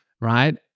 right